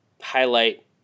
highlight